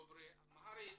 דוברי אמהרית?